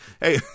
Hey